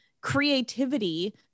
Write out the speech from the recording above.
creativity